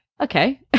Okay